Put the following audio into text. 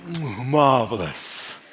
marvelous